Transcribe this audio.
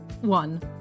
one